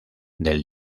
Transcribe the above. del